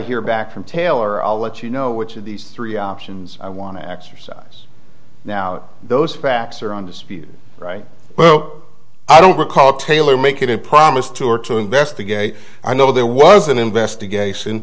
hear back from taylor i'll let you know which of these three options i want to exercise now those facts are on dispute right well i don't recall taylor make it a promise to her to investigate i know there was an investigation